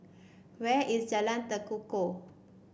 where is Jalan Tekukor